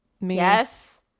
Yes